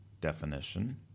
definition